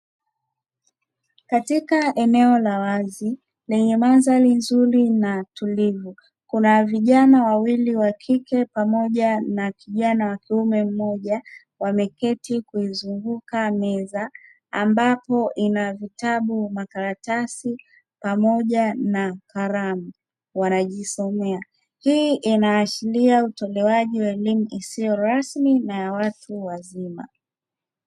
Katika eneo la wazi lenye mandhari nzuri na tulivu, kuna vijana wawili wa kike pamoja na kijana wa kiume mmoja wamekaa kuizunguka meza ambayo ina vitabu, makaratasi pamoja na kalamu. Wanajisomea. Hii inaashiria utoaji wa elimu isiyo rasmi na ya watu wazima.